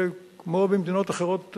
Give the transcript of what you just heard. כמו במדינות אחרות,